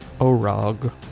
Orog